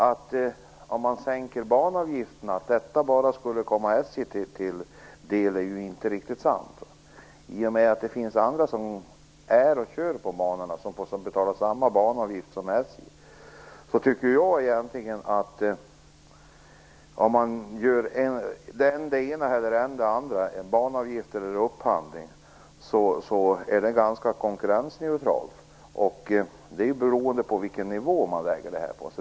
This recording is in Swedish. Att en sänkning av banavgifterna endast skulle komma SJ till del är inte riktigt sant i och med att det finns andra som kör på banan och som betalar samma banavgift som SJ. Oavsett om man ändrar banavgifter eller upphandling är det ganska konkurrensneutralt. Det beror på vilken nivå man väljer.